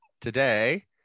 today